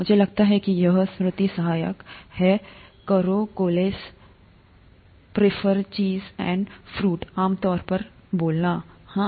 मुझे लगता है कि यह महामारी है करो कोलेस प्रीफर चीज़ एंड फ्रूट आम तौर पर बोलना हाँ